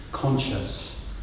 Conscious